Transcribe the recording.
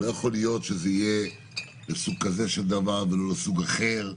לא יכול להיות שזה יהיה בסוג כזה של דבר ולא לסוג אחר,